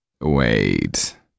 Wait